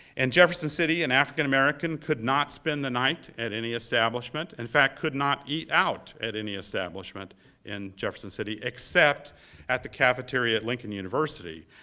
in jefferson city, an and african american could not spend the night at any establishment. in fact, could not eat out at any establishment in jefferson city, except at the cafeteria at lincoln university,